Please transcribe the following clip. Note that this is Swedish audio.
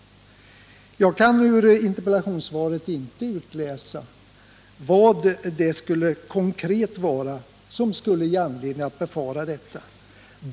Jag kan ur interpellationssvaret inte utläsa vad det skulle vara konkret som skulle ge anledning att befara detta.